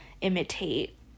imitate